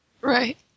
Right